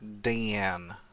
Dan